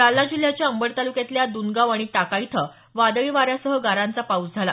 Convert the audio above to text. जालना जिल्ह्याच्या अंबड तालुक्यातल्या दुनगाव आणि टाका इथं वादळी वाऱ्यासह गारांचा पाऊस झाला